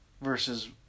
versus